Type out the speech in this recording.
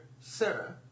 Sarah